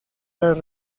las